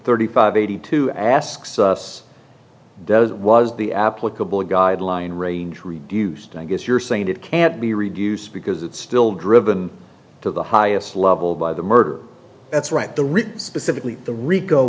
thirty five eighty two asks us does it was the applicable guideline range reduced i guess you're saying it can't be reduced because it's still driven to the highest level by the murder that's right the rich specifically